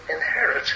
inherit